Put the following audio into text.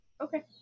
Okay